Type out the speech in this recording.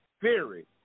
theory